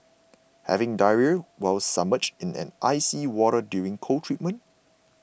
having diarrhoea while submerged in icy water during cold treatment